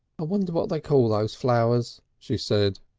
i wonder what they call those flowers, she said.